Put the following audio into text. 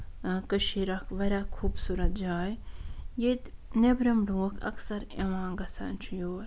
کٔشیٖر اکھ واریاہ خوٗبصوٗرت جاے ییٚتہِ نیٚبرِم لوٗکھ اَکثر یِوان گژھان چھِ یور